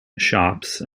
shops